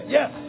Yes